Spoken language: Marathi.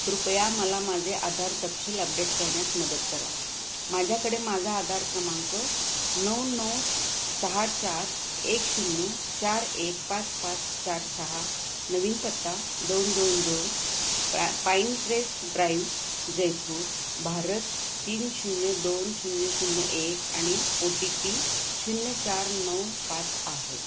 कृपया मला माझे आधार तपशील अपडेट करण्यास मदत करा माझ्याकडे माझा आधार क्रमांक नऊ नऊ सहा चार एक शून्य चार एक पाच पाच चार सहा नवीन पत्ता दोन दोन दोन पा पाईनक्रेस्ट ड्राइव्ह जयपूर भारत तीन शून्य दोन शून्य शून्य एक आणि ओ टी पी शून्य चार नऊ पाच आहे